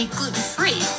Gluten-Free